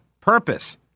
Purpose